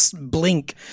blink